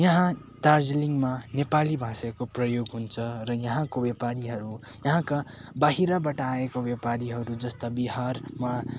यहाँ दार्जिलिङमा नेपाली भाषाको प्रयोग हुन्छ र यहाँको व्यापारीहरू यहाँका बाहिरबाट आएको व्यापारीहरू जस्तै बिहारमा